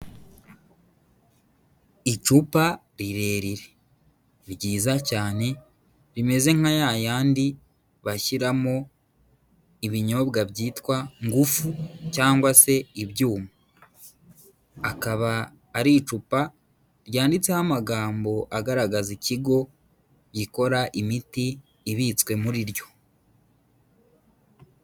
Icupa rirerire, ryiza cyane, rimeze nka yayandi bashyiramo ibinyobwa byitwa ngufu, cyangwa se ibyuma. Akaba ari icupa, ryanditseho amagambo agaragaza ikigo, gikora imiti ibitswe muri ryo.